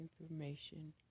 information